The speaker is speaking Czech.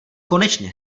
konečně